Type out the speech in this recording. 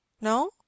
No